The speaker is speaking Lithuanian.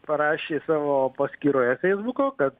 parašė savo paskyroje feisbuko kad